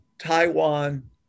Taiwan